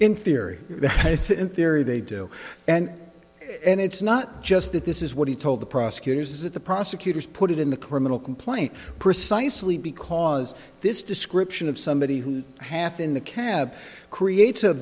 in theory in theory they do and and it's not just that this is what he told the prosecutors is that the prosecutors put it in the criminal complaint precisely because this description of somebody who half in the cab creates a